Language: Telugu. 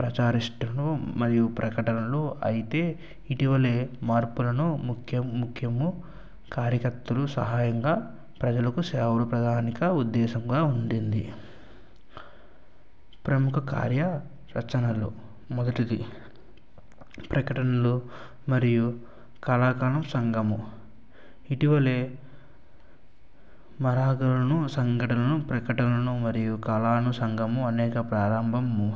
ప్రచారిష్టను మరియు ప్రకటనలు అయితే ఇటీవల మార్పులను ముఖ్య ముఖ్యము కార్యకర్తలు సహాయంగా ప్రజలకు సేవలు ప్రధాన ఉద్దేశంగా ఉన్నింది ప్రముఖ కార్య రచనలు మొదటిది ప్రకటనలు మరియు కళాగానం సంగమం ఇటీవల మరగానం సంఘటనలను ప్రకటనలను మరియు కాలాలను సంఘము అనేక ప్రారంభం